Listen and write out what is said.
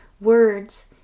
words